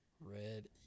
Red